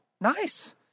Nice